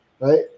Right